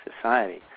society